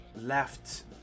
left